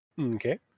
Okay